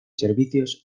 servicios